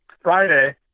Friday